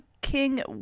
King